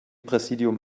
präsidium